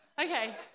Okay